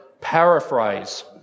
paraphrase